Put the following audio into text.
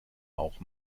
auch